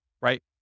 right